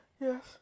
Yes